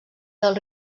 del